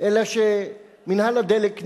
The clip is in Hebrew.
אלא שמינהל הדלק נמנע,